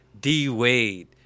D-Wade